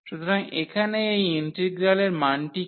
সুতরাং এখানে এই ইন্টিগ্রালের মানটি কি